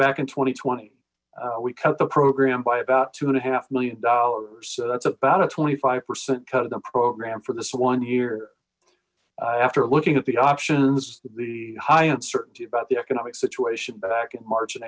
back in twenty twenty we cut the program by about two and a half million dollars so that's about a twenty five percent cut of the program for this one year after looking at the options the high uncertainty about the economic situation back in march and